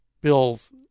bills